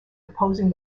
opposing